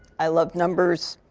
i love numbers.